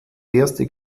erste